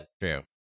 true